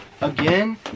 Again